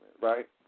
right